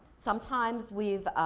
sometimes, we've